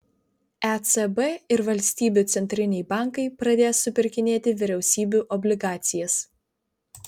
ecb ir valstybių centriniai bankai pradės supirkinėti vyriausybių obligacijas